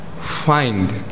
find